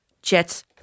Jets